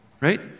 right